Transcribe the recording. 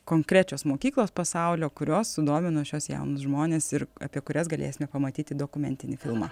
konkrečios mokyklos pasaulio kurios sudomino šiuos jaunus žmones ir apie kurias galėsime pamatyti dokumentinį filmą